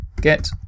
Get